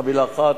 בחבילה אחת,